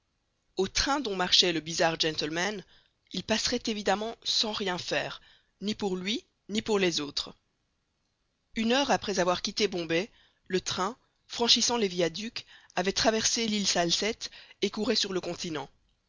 au train dont marchait le bizarre gentleman il passerait évidemment sans rien faire ni pour lui ni pour les autres une heure après avoir quitté bombay le train franchissant les viaducs avait traversé l'île salcette et courait sur le continent